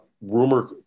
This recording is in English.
Rumor